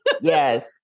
Yes